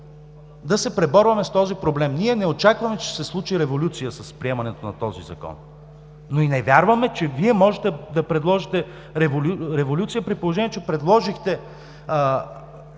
да се преборваме с този проблем. Ние не очакваме, че ще се случи революция с приемането на този Закон, но и не вярваме, че Вие може да предложите революция, при положение че предложихте орган,